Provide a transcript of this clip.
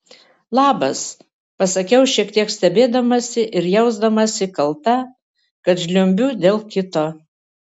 labas pasakiau šiek tiek stebėdamasi ir jausdamasi kalta kad žliumbiu dėl kito